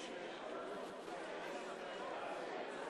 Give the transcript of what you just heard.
רציתי שכל ילד בבריטניה ילמד על השואה ויבין